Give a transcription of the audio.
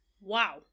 Wow